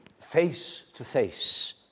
face-to-face